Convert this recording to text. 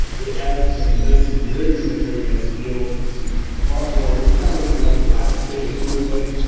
it has a nice and very in a very nice feel, a so lot more. it's kind of like more of a last sustain it feels like,